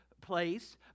place